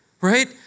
right